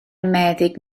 meddyg